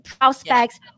prospects